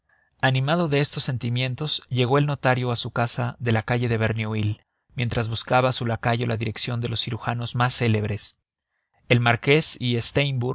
animado de estos sentimientos llegó el notario a su casa de la calle de verneuil mientras buscaba su lacayo la dirección de los cirujanos más célebres el marqués y